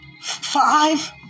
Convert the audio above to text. Five